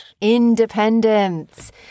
independence